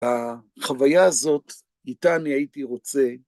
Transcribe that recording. החוויה הזאת, איתה אני הייתי רוצה